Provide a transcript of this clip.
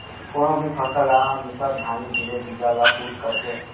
कोनो भी फसल ला मिसत घानी गिरे बीजा ल कुत कथें